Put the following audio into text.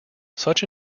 such